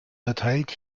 erteilt